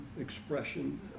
Expression